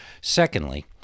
Secondly